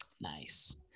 Nice